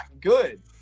good